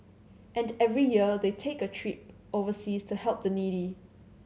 and every year they take a trip overseas to help the needy